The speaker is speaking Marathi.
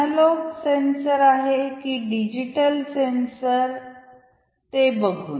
एनालॉग सेन्सर आहे की डिजिटल सेन्सर ते बघुन